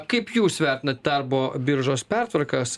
kaip jūs vertinat darbo biržos pertvarkas